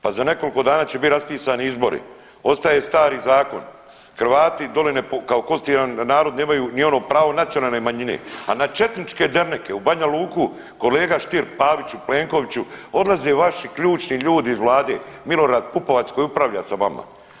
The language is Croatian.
Pa za nekoliko dana će biti raspisani izbori, ostaje stari zakon, Hrvati dole kao konstitutivan narod nemaju ni ono pravo nacionalne manjine, a na četničke derneke u Banja Luku kolega Stier, Paviću, Plenkoviću odlaze vaši ključni ljudi iz vlade Milorad Pupovac koji upravlja sa vama.